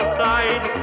side